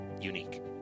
unique